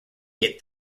get